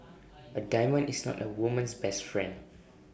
A diamond is not A woman's best friend